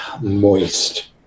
moist